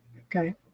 Okay